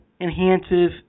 enhances